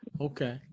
Okay